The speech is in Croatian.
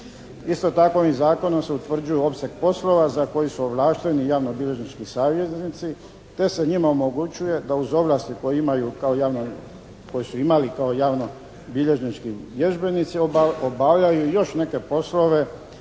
Isto tako, ovim zakonom se utvrđuje opseg poslova za koji su ovlašteni javnobilježnički savjetnici te se njima omogućuje da uz ovlasti koje su imali kao javnobilježnički vježbenici obavljaju još neke poslove